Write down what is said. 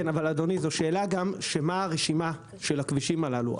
אדוני, השאלה היא גם מה הרשימה של הכבישים הללו.